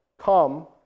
come